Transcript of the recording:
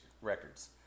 Records